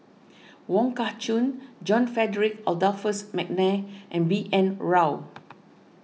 Wong Kah Chun John Frederick Adolphus McNair and B N Rao